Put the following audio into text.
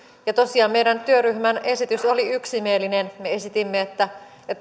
tosiaan meidän työryhmämme esitys oli yksimielinen me esitimme että